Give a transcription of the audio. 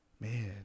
man